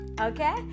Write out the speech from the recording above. Okay